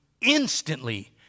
instantly